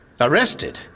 Arrested